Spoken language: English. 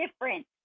different